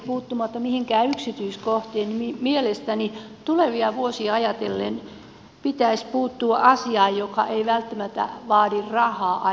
puuttumatta mihinkään yksityiskohtiin mielestäni tulevia vuosia ajatellen pitäisi puuttua asiaan joka ei välttämättä vaadi rahaa ainakaan vielä